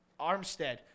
Armstead